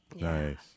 nice